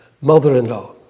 mother-in-law